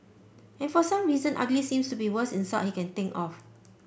and for some reason ugly seems to be worst insult he can think of